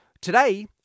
Today